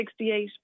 68